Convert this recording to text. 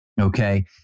okay